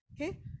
Okay